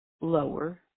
lower